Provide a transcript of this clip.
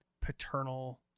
paternal